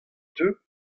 teu